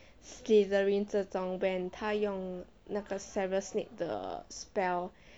slytherin 这种 when 他用那个 severus snape 的 spell